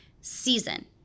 season